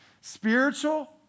Spiritual